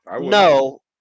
No